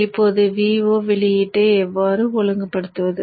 இப்போது Vo வெளியீட்டை எவ்வாறு ஒழுங்குபடுத்துவது